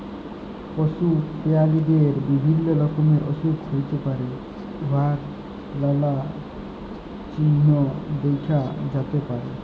পশু পেরালিদের বিভিল্য রকমের অসুখ হ্যইতে পারে উয়ার লালা চিল্হ দ্যাখা যাতে পারে